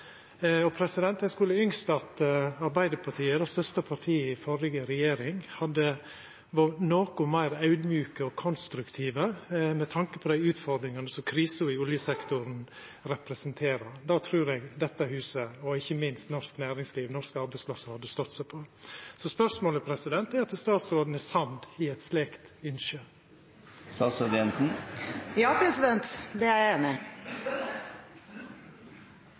Eg skulle ynskt at Arbeidarpartiet, det største partiet i den førre regjeringa, hadde vore noko meir audmjuke og konstruktive med tanke på dei utfordringane som krisa i oljesektoren representerer. Det trur eg at dette huset, og ikkje minst norsk næringsliv og norske arbeidsplassar, hadde stått seg på. Spørsmålet er om statsråden er samd i eit slikt ynske. Ja, det er